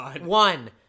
one